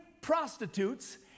prostitutes